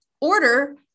order